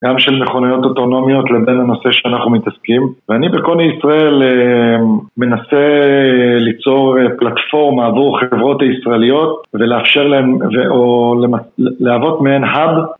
גם של מכוניות אוטונומיות לבין הנושא שאנחנו מתעסקים. ואני בקוני ישראל, אה... מנסה ליצור פלטפורמה עבור החברות הישראליות ולאפשר להן, או... להוות מעין האב